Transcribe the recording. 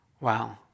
Wow